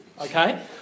okay